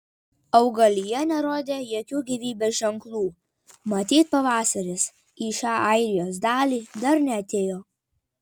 augalija nerodė jokių gyvybės ženklų matyt pavasaris į šią airijos dalį dar neatėjo